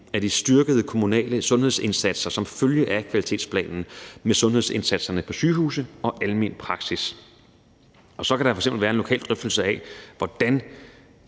af de styrkede kommunale sundhedsindsatser som følge af kvalitetsplanen med sundhedsindsatserne på sygehuse og i almen praksis. Og så kan der f.eks. være en lokal drøftelse af, hvordan